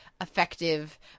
effective